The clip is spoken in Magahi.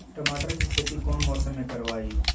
टमाटर की खेती कौन मौसम में करवाई?